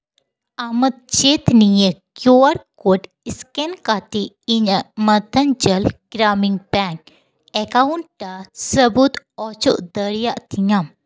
ᱟᱢᱟᱜ ᱪᱮᱫ ᱱᱤᱭᱟᱹ ᱠᱤᱭᱩ ᱟᱨ ᱠᱳᱰ ᱥᱠᱮᱱ ᱠᱟᱛᱮᱫ ᱤᱧᱟᱹᱜ ᱢᱟᱛᱷᱟᱱ ᱪᱟᱞ ᱜᱨᱟᱢᱤᱱ ᱵᱮᱝᱠ ᱮᱠᱟᱣᱩᱱᱴ ᱟᱨ ᱥᱟᱹᱵᱩᱫ ᱚᱪᱚᱜ ᱫᱟᱲᱮᱭᱟᱜ ᱛᱤᱟᱹᱢ